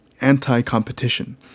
anti-competition